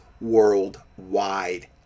worldwide